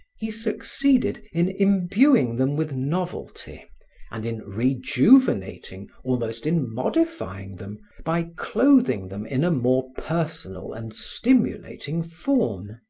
he succeeded in inbuing them with novelty and in rejuvenating, almost in modifying them, by clothing them in a more personal and stimulating form.